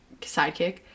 sidekick